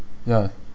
ya